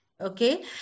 okay